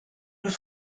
nous